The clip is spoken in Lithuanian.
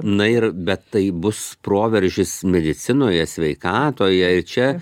na ir bet tai bus proveržis medicinoje sveikatoje ir čia